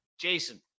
Jason